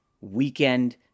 weekend